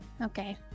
Okay